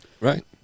Right